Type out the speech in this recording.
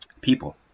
people